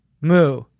Moo